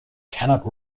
cannot